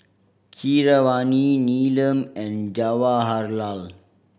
Keeravani Neelam and Jawaharlal